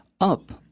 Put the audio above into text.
up